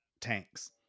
tanks